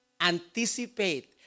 Anticipate